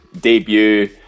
debut